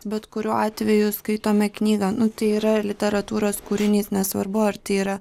bet kuriuo atveju skaitome knygą nu tai yra literatūros kūrinys nesvarbu ar tai yra